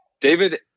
David